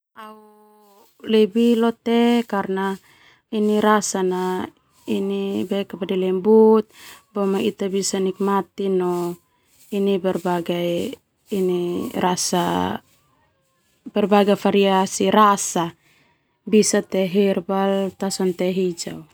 Au lebih leo teh karna rasa na ini lembut ita bisa nikmati no berbagai rasa berbagai variasi rasa, bisa teh herbal bisa teh hijau.